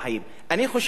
אני חושב להיפך,